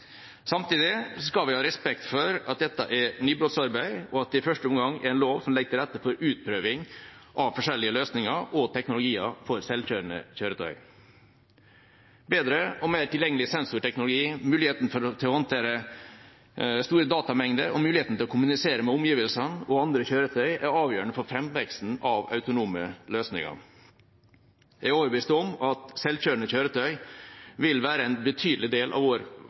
Samtidig skal vi ha respekt for at dette er nybrottsarbeid, og at det i første omgang er en lov som legger til rette for utprøving av forskjellige løsninger og teknologier for selvkjørende kjøretøy. Bedre og mer tilgjengelig sensorteknologi, muligheten til å håndtere store datamengder og muligheten til å kommunisere med omgivelsene og andre kjøretøy er avgjørende for framveksten av autonome løsninger. Jeg er overbevist om at selvkjørende kjøretøy vil være en betydelig del av